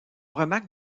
remarque